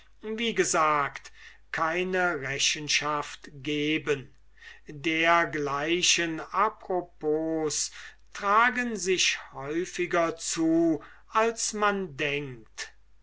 wie gesagt keine rechenschaft geben dergleichen apropo's tragen sich häufiger zu als man denkt